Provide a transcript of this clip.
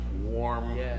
warm